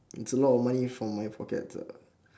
it's a lot of money for my pockets ah